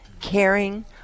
caring